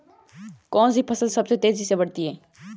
कौनसी फसल सबसे तेज़ी से बढ़ती है?